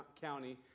county